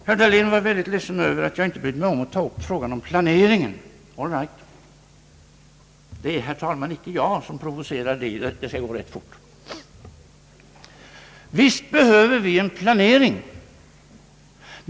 Herr Dahlén var mycket ledsen för att jag inte tog upp frågan om planeringen. All right. Det är, herr talman, inte jag som framprovocerar den diskussionen, men det skall gå rätt fort. Visst behöver vi en planering.